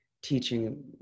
teaching